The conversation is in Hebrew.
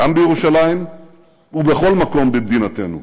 בירושלים ובכל מקום במדינתנו.